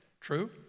True